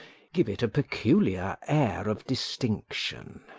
give it a peculiar air of distinction.